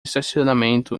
estacionamento